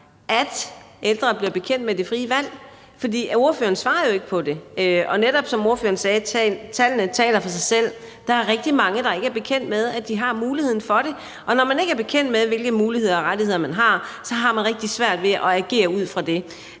at ældre bliver bekendt med det frie valg, for ordføreren svarede jo ikke på spørgsmålet. Som ordføreren netop sagde, taler tallene for sig selv. Der er rigtig mange, der ikke er bekendt med, at de har muligheden for det, og når man ikke er bekendt med, hvilke muligheder og rettigheder man har, så har man rigtig svært ved at agere ud fra det.